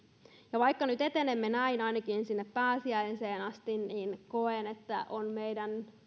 ja vaikka nyt etenemme näin ainakin sinne pääsiäiseen asti niin koen että on meidän